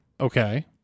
Okay